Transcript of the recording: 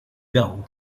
garou